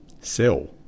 Sell